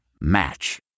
match